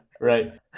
Right